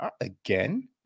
Again